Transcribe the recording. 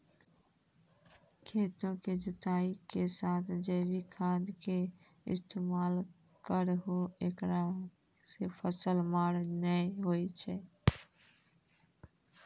खेतों के जुताई के साथ जैविक खाद के इस्तेमाल करहो ऐकरा से फसल मार नैय होय छै?